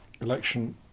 election